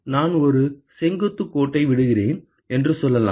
நான் ஒரு செங்குத்து கோட்டை விடுகிறேன் என்று சொல்லலாம்